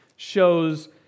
shows